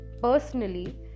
personally